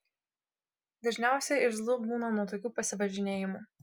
dažniausiai irzlu būna nuo tokių pasivažinėjimų